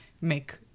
make